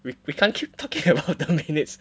we we can't keep talking about the minutes